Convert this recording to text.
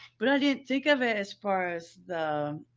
but i didn't think of it as far as the.